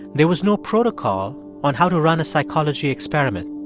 there was no protocol on how to run a psychology experiment.